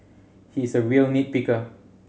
he is a real nit picker